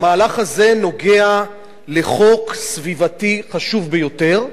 המהלך הזה נוגע לחוק סביבתי חשוב ביותר.